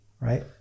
right